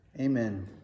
Amen